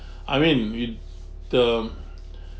I mean in term